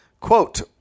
Quote